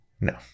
no